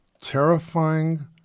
terrifying